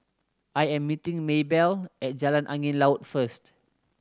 I am meeting Maybelle at Jalan Angin Laut first